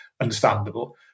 understandable